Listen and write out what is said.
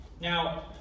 Now